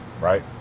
right